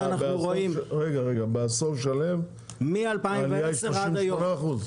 בעשור שלם העלייה היא 38%?